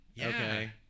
Okay